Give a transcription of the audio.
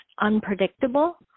unpredictable